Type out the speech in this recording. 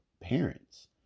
parents